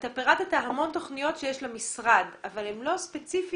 שאתה פירטת המון תוכניות שיש למשרד אבל הן לא ספציפיות